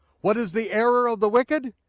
what is the error of the wicked?